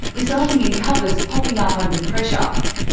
resulting in covers popping up under pressure.